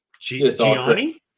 Gianni